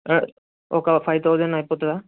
ఒక five thousand అయిపోతుందా